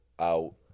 out